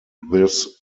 this